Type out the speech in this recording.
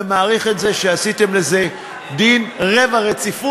ומעריך את זה שעשיתם לזה דין רבע-רציפות,